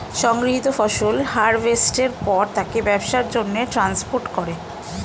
সংগৃহীত ফসল হারভেস্টের পর তাকে ব্যবসার জন্যে ট্রান্সপোর্ট করে